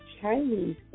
Chinese